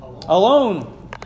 Alone